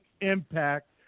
impact